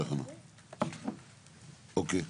אוקיי.